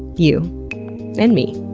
you. and me.